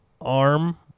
arm